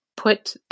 Put